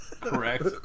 Correct